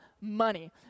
money